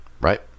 right